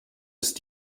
ist